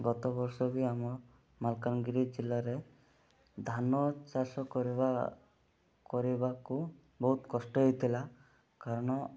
ଗତ ବର୍ଷ ବି ଆମ ମାଲକାନଗିରି ଜିଲ୍ଲାରେ ଧାନ ଚାଷ କରିବା କରିବାକୁ ବହୁତ କଷ୍ଟ ହୋଇଥିଲା କାରଣ